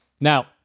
Now